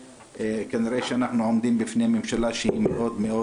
כנראה שאנחנו עומדים בפני ממשלה שתהיה מאוד מאוד